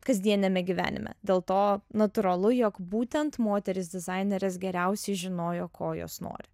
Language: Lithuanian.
kasdieniame gyvenime dėl to natūralu jog būtent moterys dizainerės geriausiai žinojo ko jos nori